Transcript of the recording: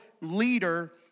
leader